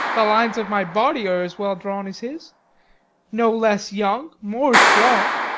the lines of my body are as well drawn as his no less young, more strong,